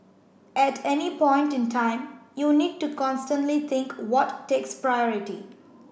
at any point in time you need to constantly think what takes priority